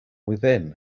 within